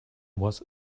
was